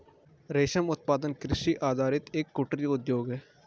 रेशम उत्पादन कृषि आधारित एक कुटीर उद्योग है